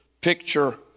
picture